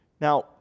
Now